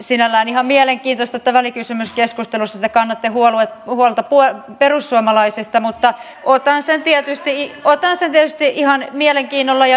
sinällään on ihan mielenkiintoista että välikysymyskeskustelussa te kannatte huolta perussuomalaisista mutta otan sen tietysti ihan mielenkiinnolla ja ilolla vastaan